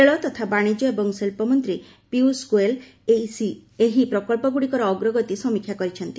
ରେଳ ତତା ବାଣିଜ୍ୟ ଏବଂ ଶିଳ୍ପ ମନ୍ତ୍ରୀ ପୀୟୁଷ ଗୋୟଲ୍ ସେହି ପ୍ରକଳ୍ପଗୁଡ଼ିକର ଅଗ୍ରଗତି ସମୀକ୍ଷା କରିଛନ୍ତି